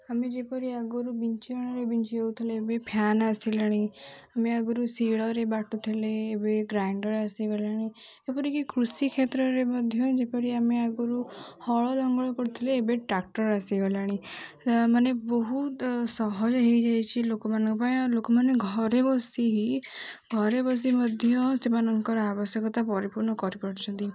ଆମେ ଯେପରି ଆଗରୁ ବିଞ୍ଚିଣାରେ ବିଞ୍ଚି ହେଉଥିଲେ ଏବେ ଫ୍ୟାନ୍ ଆସିଲାଣି ଆମେ ଆଗରୁ ଶିଳରେ ବାଟୁଥିଲେ ଏବେ ଗ୍ରାଇଣ୍ଡର୍ ଆସିଗଲାଣି ଏପରିକି କୃଷି କ୍ଷେତ୍ରରେ ମଧ୍ୟ ଯେପରି ଆମେ ଆଗରୁ ହଳ ଲଙ୍ଗଳ କରୁଥିଲେ ଏବେ ଟ୍ରାକ୍ଟର୍ ଆସିଗଲାଣି ମାନେ ବହୁତ ସହଜ ହୋଇଯାଇଛିି ଲୋକମାନଙ୍କ ପାଇଁ ଲୋକମାନେ ଘରେ ବସିି ଘରେ ବସି ମଧ୍ୟ ସେମାନଙ୍କର ଆବଶ୍ୟକତା ପରିପୂର୍ଣ୍ଣ କରିପାରୁଛନ୍ତି